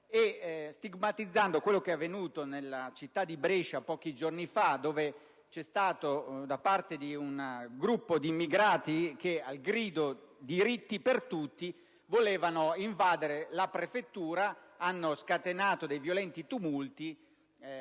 e stigmatizzando quello che è avvenuto nella città di Brescia pochi giorni fa, dove un gruppo di immigrati, al grido "diritti per tutti", voleva invadere la prefettura e ha scatenato dei violenti tumulti,